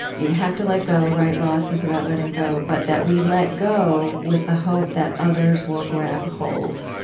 you have to let go, right? loss is about letting go. but that we let go with the hope that others will grab hold.